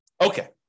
Okay